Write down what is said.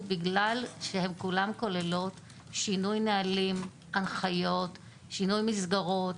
אני רק רוצה הערה אחת קטנה לפרוטוקול.